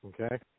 Okay